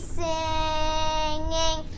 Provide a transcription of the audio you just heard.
singing